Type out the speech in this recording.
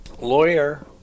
Lawyer